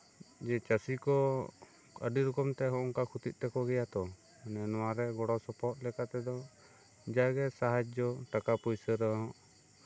ᱡᱮ ᱪᱟᱹᱥᱤ ᱠᱚ ᱟᱹᱰᱤ ᱨᱚᱠᱚᱢᱛᱮ ᱠᱷᱚᱭ ᱠᱷᱚᱛᱤᱜ ᱛᱟᱠᱚ ᱜᱮᱭᱟ ᱛᱚ ᱢᱟᱱᱮ ᱱᱚᱣᱟᱨᱮ ᱜᱚᱲᱚ ᱥᱚᱯᱚᱦᱚᱫ ᱞᱮᱠᱟ ᱛᱮᱫᱚ ᱡᱟᱜᱮ ᱥᱟᱦᱟᱡᱡᱚ ᱴᱟᱠᱟ ᱯᱩᱭᱥᱟᱹ ᱨᱮᱦᱚᱸ